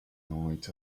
night